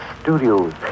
studios